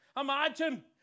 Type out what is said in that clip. Imagine